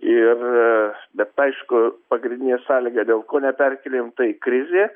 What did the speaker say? ir bet aišku pagrindinė sąlyga dėl ko neperkėlėm tai krizė